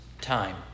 time